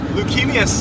Leukemia